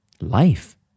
Life